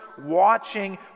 watching